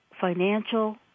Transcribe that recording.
financial